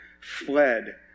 fled